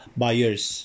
buyers